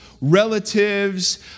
relatives